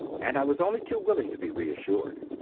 and i was only too willing to be reassured.